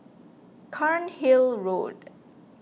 Cairnhill Road